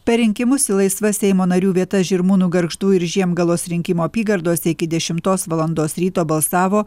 per rinkimus į laisvas seimo narių vietas žirmūnų gargždų ir žiemgalos rinkimų apygardose iki dešimtos valandos ryto balsavo